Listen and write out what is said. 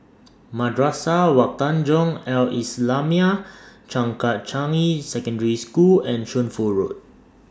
Madrasah Wak Tanjong Al Islamiah Changkat Changi Secondary School and Shunfu Road